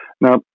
Now